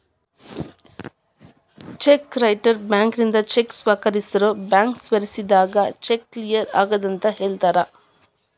check writer ಬ್ಯಾಂಕಿನಿಂದ cheque ಸ್ವೇಕರಿಸೋರ್ bank ಸ್ವೇಕರಿಸಿದಾಗ ಚೆಕ್ ಕ್ಲಿಯರ್ ಆಗೆದಂತ ಹೇಳ್ತಾರ